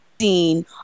seen